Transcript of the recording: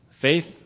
faith